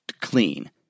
clean